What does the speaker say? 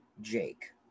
Jake